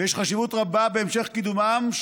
ויש חשיבות רבה בהמשך קידומם,